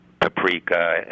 paprika